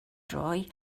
droi